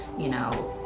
you know,